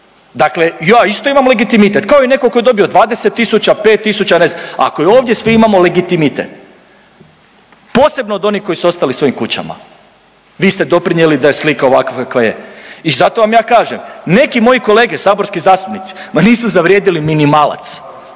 dakle ja isto imam legitimitet kao i neko ko je dobio 20 tisuća, 5 tisuća, ne znam, ako i ovdje svi imamo legitimitet, posebno od onih koji su ostali svojim kućama, vi ste doprinijeli da je slika ovakva kakva je i zato vam ja kažem, neki moji kolege saborski zastupnici, ma nisu zavrijedili minimalac,